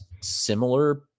similar